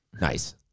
Nice